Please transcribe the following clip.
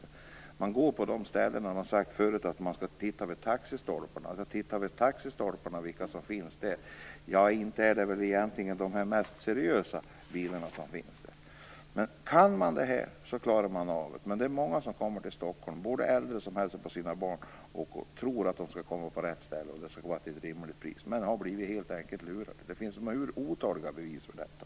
Man kan gå till de ställen där det förut sagts att man skall titta, nämligen taxistolparna, och titta vilka som finns där. Ja, inte är det väl de mest seriösa bilarna som finns där. Kan man det här så klarar man av det. Det är dock många som har kommit till Stockholm, t.ex. äldre som hälsar på sina barn, och trott att de skall komma till rätt ställe till rimligt pris men som helt enkelt har blivit lurade. Det finns otaliga bevis för detta.